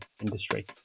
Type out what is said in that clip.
industry